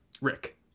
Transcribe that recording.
Rick